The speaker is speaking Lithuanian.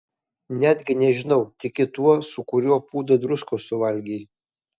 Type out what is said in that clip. netgi nežinau tiki tuo su kuriuo pūdą druskos suvalgei